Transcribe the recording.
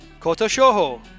Kotoshoho